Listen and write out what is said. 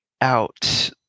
out